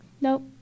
Nope